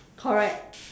correct